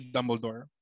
Dumbledore